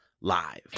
Live